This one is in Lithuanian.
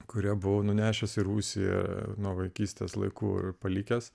kuria buvo nunešęs į rūsį ir nuo vaikystės laikų palikęs